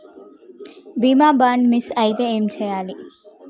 బీమా bond miss అయితే ఏం చేయాలి?